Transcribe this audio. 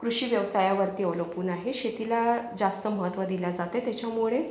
कृषी व्यवसायावरती अवलंबून आहे शेतीला जास्त महत्त्व दिले जाते त्याच्यामुळे